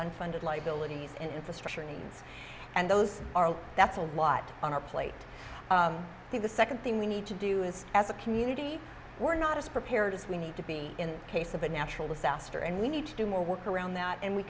unfunded liabilities and infrastructure needs and those are that's a lot on our plate the the second thing we need to do is as a community we're not as prepared as we need to be in case of a natural disaster and we need to do more work around that and we